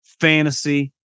fantasy